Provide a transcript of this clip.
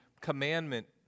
commandment